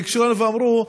ניגשו אלינו ואמרו: